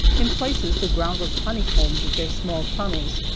in places the ground was honeycombed with their small tunnels,